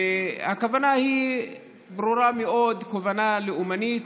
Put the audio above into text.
והכוונה היא ברורה מאוד, כוונה לאומנית,